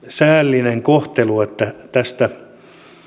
säällinen kohtelu että tästä